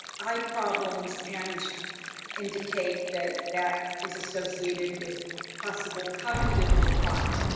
eye problems and indicate that that is associated with possible cognitive decline.